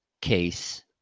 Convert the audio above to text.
case